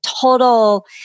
total